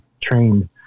trained